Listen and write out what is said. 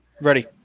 Ready